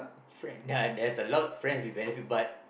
friend yeah there's a lot friends with benefit but